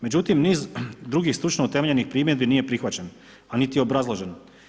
Međutim, niz drugih stručno utemeljenih primjedbi nije prihvaćeno, a niti obrazloženo.